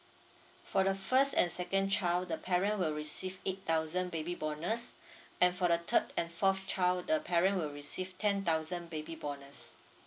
for the first and second child the parent will receive eight thousand baby bonus and for the third and fourth child the parent will receive ten thousand baby bonus